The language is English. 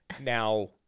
Now